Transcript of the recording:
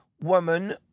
woman